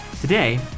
Today